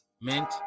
meant